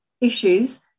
issues